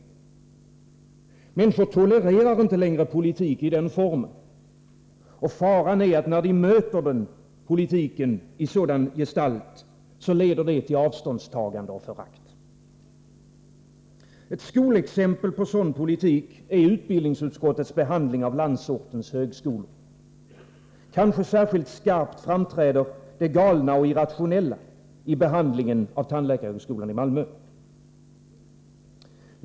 Människor tolererar inte längre politik i den formen. Faran är att när de möter politiken i sådan gestalt, så leder det till avståndstagande och förakt. Ett skolexempel på sådan politik är utbildningsutskottets behandling av landsortens högskolor. Kanske särskilt skarpt framträder det galna och irrationella i behandlingen av frågan om tandläkarhögskolan i Malmö.